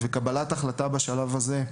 אנחנו חושבים שהסמכות לקבלת החלטה, בשלב הזה,